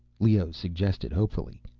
leoh suggested, hopefully,